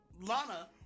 Lana